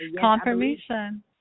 Confirmation